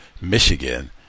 Michigan